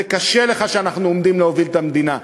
זה קשה לך שאנחנו עומדים להוביל את המדינה,